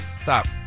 stop